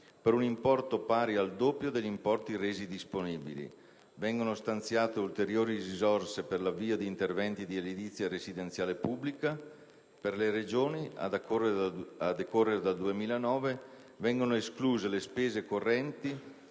per un importo pari al doppio degli importi resi disponibili; vengono stanziate ulteriori risorse per l'avvio di interventi di edilizia residenziale pubblica; per le Regioni, a decorrere dal 2009 vengono escluse le spese correnti